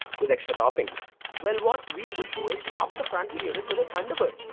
with extra toppings! well, what we could do is swap the frontal unit with a kind of ah